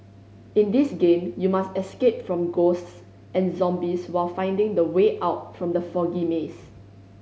in this game you must escape from ghosts and zombies while finding the way out from the foggy maze